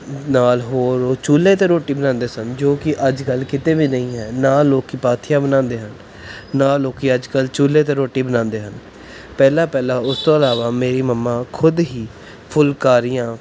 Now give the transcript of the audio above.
ਨਾਲ ਹੋਰ ਉਹ ਚੁੱਲ੍ਹੇ 'ਤੇ ਰੋਟੀ ਬਣਾਦੇ ਸਨ ਜੋ ਕਿ ਅੱਜ ਕੱਲ੍ਹ ਕਿਤੇ ਵੀ ਨਹੀਂ ਹੈ ਨਾ ਲੋਕ ਪਾਥੀਆਂ ਬਣਾਉਂਦੇ ਹਨ ਨਾ ਲੋਕ ਅੱਜ ਕੱਲ੍ਹ ਚੁੱਲ੍ਹੇ 'ਤੇ ਰੋਟੀ ਬਣਾਉਂਦੇ ਹਨ ਪਹਿਲਾਂ ਪਹਿਲਾਂ ਉਸ ਤੋਂ ਇਲਾਵਾ ਮੇਰੀ ਮੰਮਾ ਖੁਦ ਹੀ ਫੁਲਕਾਰੀਆਂ